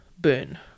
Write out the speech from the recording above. burn